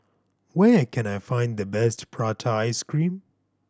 where can I find the best prata ice cream